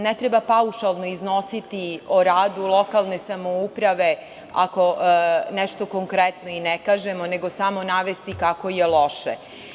Ne treba paušalno iznositi o radu lokalne samouprave, ako nešto konkretno ne kažemo, nego samo navesti kako je loše.